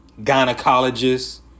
gynecologist